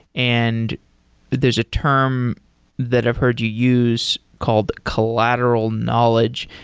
and there's a term that i've heard you use called collateral knowledge.